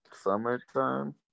summertime